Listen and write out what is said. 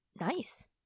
nice